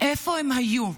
איפה הם היו?